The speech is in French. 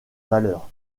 valeur